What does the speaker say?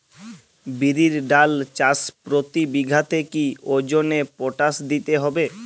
বিরির ডাল চাষ প্রতি বিঘাতে কি ওজনে পটাশ দিতে হবে?